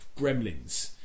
Gremlins